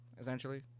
essentially